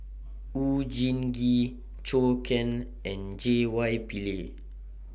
Oon Jin Gee Zhou Can and J Y Pillay